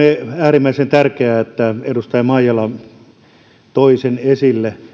äärimmäisen tärkeää että edustaja maijala toi sen esille